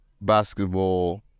basketball